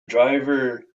driver